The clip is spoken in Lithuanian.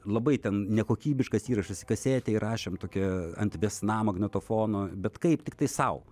labai ten nekokybiškas įrašas į kasetę įrašėm tokią ant vesna magnetofono bet kaip tiktai sau